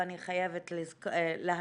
ואני חייבת להזכיר,